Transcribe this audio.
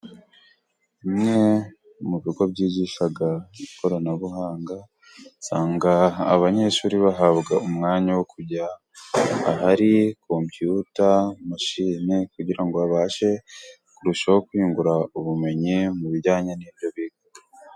Bimwe mubigo byigisha ikoranabuhanga, usanga abanyeshuri bahabwa umwanya wo kujya ahari kompiyuta, mashine, kugira ngo babashe kurushaho ubumenyi ku bijyanye n'ibyo biga.